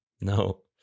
No